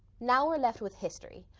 now we're left with history,